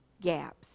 gaps